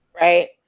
right